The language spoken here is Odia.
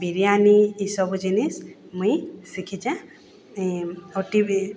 ବିରିୟାନି ଇ ସବୁ ଜିନିଷ୍ ମୁଇଁ ଶିଖେଚେଁ ଓ ଟି ଭି